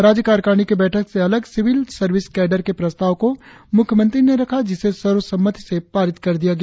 राज्य कार्यकारिणी की बैठक में अलग सिविल सर्विस कैडर के प्रस्ताव को मुख्यमंत्री ने रखा जिसे सर्वसम्मति से पारित कर दिया गया